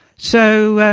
so,